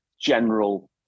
general